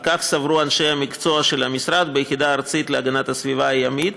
כי כך סברו אנשי המקצוע של המשרד ביחידה הארצית להגנת הסביבה הימית,